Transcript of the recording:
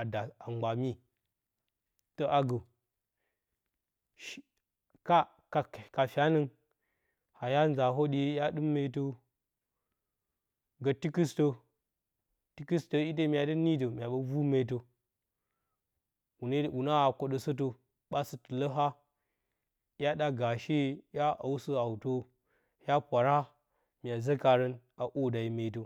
a daasəamgba mye. Tə agə ka kək ka fyanen ayo nza hwoɗye nya ɗɨm meetə gə tikɨstə, tikɨstə ite mya dɨ niidə mya ɓə vuu meetə hwunaa haa kwoɗə sətə ɓast tɨləg, hya ɗa gaashebya au sɨ-autə hya pwaara mya zə kairən ahwoda yo meetə.